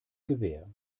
gewähr